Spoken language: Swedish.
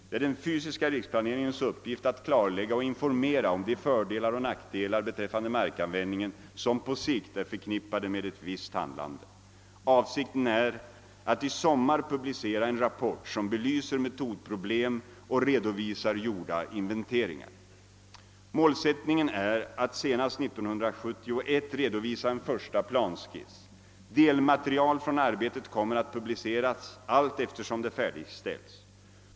Det är den fysiska riksplaneringens uppgift att klarlägga och informera om de fördelar och nackdelar beträffande markanvändningen som på sikt är förknippade med ett visst handlande. Avsikten är att i sommar publicera en rapport som belyser metodproblem och redovisar gjorda inventeringar. Målsättningen är att senast 1971 redovisa en första planskiss. Delmaterial från arbetet kommer att publiceras allteftersom det färdigställts.